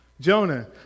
Jonah